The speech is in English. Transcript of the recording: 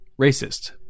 racist